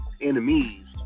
enemies